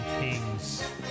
King's